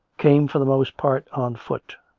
came for the most part on foot.